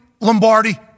Lombardi